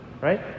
right